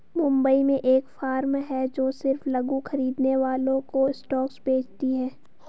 मुंबई में एक फार्म है जो सिर्फ लघु खरीदने वालों को स्टॉक्स बेचती है